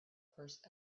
purse